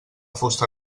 fusta